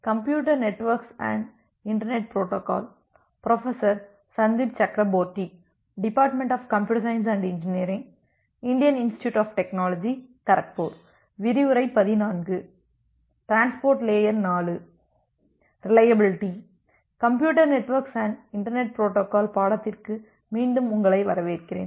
computer networks and internet protocol பாடத்திற்கு மீண்டும் உங்களை வரவேற்கிறேன்